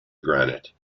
granite